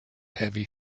heavy